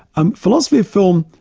and philosophy of film,